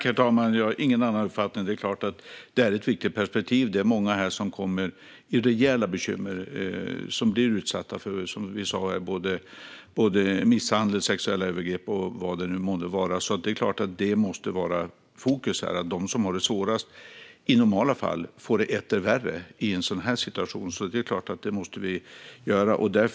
Herr talman! Jag har ingen annan uppfattning. Det är klart att detta perspektiv är viktigt. Många kommer i rejäla bekymmer och blir utsatta för både misshandel och sexuella övergrepp. Detta måste stå i fokus. De som har det svårast i normala fall får det etter värre i en situation som denna. Vi måste självklart göra något.